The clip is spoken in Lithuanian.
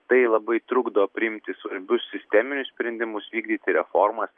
tai labai trukdo priimti svarbius sisteminius sprendimus vykdyti reformas